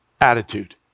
attitude